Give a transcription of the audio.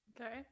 Okay